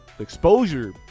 exposure